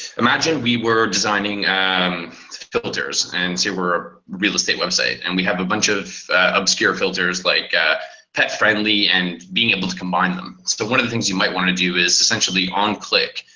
imagine we were designing and um filters and say we're a real estate website. and we have a bunch of obscure filters like yeah pet friendly and being able to combine them. so one of the things you might want to do is essentially onclick,